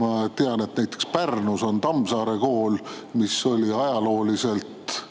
Ma tean, et näiteks Pärnus on Tammsaare kool, mis oli ajalooliselt 3.